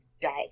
die